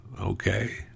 okay